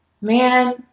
man